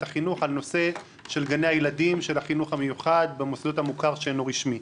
החינוך על נושא של גני הילדים של החינוך המיוחד במוסדות המוכר שאינו רשמי.